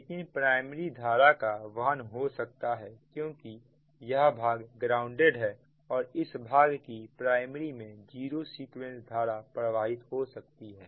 लेकिन प्राइमरी धारा का वहन हो सकता है क्योंकि यह भाग ग्राउंडेड है और इस भाग की प्राइमरी में जीरो सीक्वेंस धारा प्रवाहित हो सकती है